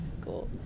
Cool